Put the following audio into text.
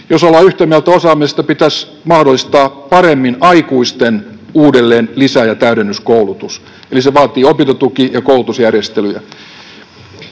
Jos olemme yhtä mieltä osaamisesta, pitäisi mahdollistaa paremmin aikuisten lisä- ja täydennyskoulutus. Eli se vaatii opintotuki- ja koulutusjärjestelyjä.